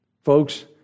Folks